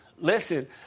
Listen